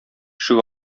ишек